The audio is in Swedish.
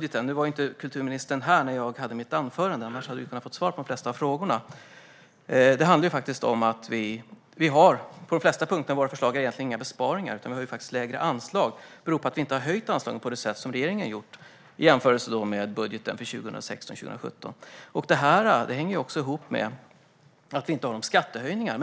lite grann. Nu var inte kulturministern här när jag hade mitt anförande. Annars hade vi kunnat få svar på de flesta av frågorna. På de flesta punkter är våra förslag egentligen inte några besparingar. Att vi har lägre anslag beror på att vi inte har höjt anslagen på de sätt som regeringen har gjort i jämförelse med budgeten för 2016/17. Det hänger också ihop med att vi inte har skattehöjningar.